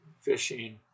fishing